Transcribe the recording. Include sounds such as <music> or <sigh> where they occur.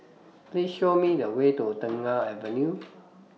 <noise> Please Show Me The Way to Tengah Avenue